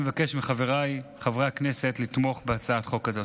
אני מבקש מחבריי חברי הכנסת לתמוך בהצעת החוק הזאת.